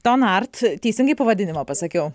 tonart teisingai pavadinimą pasakiau